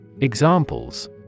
Examples